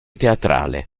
teatrale